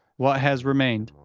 what has remained,